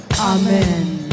Amen